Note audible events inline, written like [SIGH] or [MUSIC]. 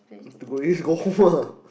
to go eat [LAUGHS] go home ah